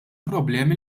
problemi